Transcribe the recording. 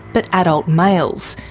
but adult males,